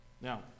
Now